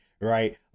right